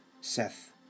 Seth